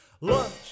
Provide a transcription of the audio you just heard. lunch